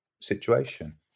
situation